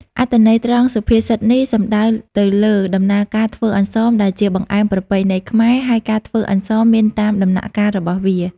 អត្ថន័យត្រង់សុភាសិតនេះសំដៅទៅលើដំណើរការធ្វើ អន្សម ដែលជាបង្អែមប្រពៃណីខ្មែរ ហើយការធ្វើនំអន្សមមានតាមដំណាក់កាលរបស់វា។